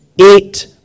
eight